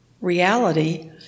reality